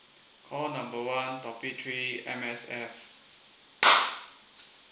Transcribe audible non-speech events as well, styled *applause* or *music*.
call number one topic three M_S_F *noise*